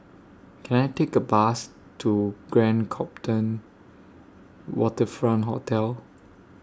Can I Take A Bus to Grand Copthorne Waterfront Hotel